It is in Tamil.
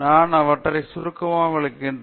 நான் அவற்றை சுருக்கமாக விளக்க வேண்டும்